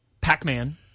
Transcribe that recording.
Pac-Man